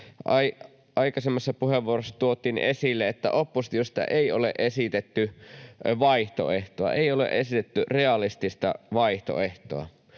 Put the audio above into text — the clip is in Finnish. aikaisemmassa puheenvuorossa tuotiin esille, että oppositiosta ei ole esitetty vaihtoehtoa, ei ole esitetty realistista vaihtoehtoa,